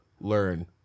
learn